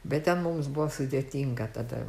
bet ten mums buvo sudėtinga tada